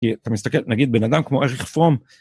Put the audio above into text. כי אתה מסתכל, נגיד, בן אדם כמו אריך פרום...